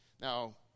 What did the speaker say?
Now